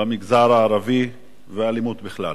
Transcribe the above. במגזר הערבי ואלימות בכלל